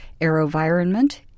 AeroVironment